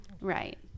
right